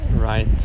right